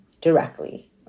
directly